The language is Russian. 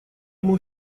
ему